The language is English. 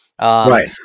Right